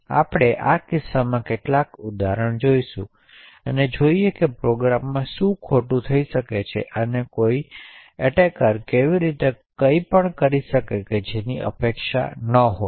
તેથી આપણે આ કિસ્સાઓમાંના કેટલાકને ઉદાહરણો સાથે જોશું અને જોઈએ કે પ્રોગ્રામમાં શું ખોટું થઈ શકે છે અને કોઈ હુમલો કરનાર કેવી રીતે કંઈક કરી શકશે જેની અપેક્ષા ન હોય